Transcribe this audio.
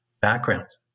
backgrounds